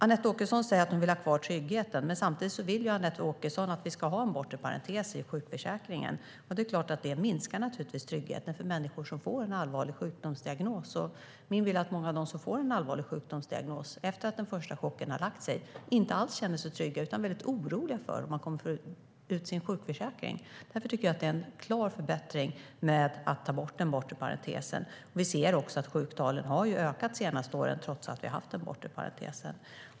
Anette Åkesson säger att hon vill ha kvar tryggheten. Samtidigt vill hon att vi ska ha en bortre parentes i sjukförsäkringen. Det är klart att det minskar tryggheten för människor som får en allvarlig sjukdomsdiagnos. Min bild är att många av dem som får en allvarlig sjukdomsdiagnos - efter att den första chocken har lagt sig - inte alls känner sig trygga. De är väldigt oroliga för om de kommer att få ut sin sjukförsäkring. Därför tycker jag att det är en klar förbättring att ta bort den bortre parentesen. Vi ser också att sjuktalen har ökat under de senaste åren trots att vi har haft en bortre parentes.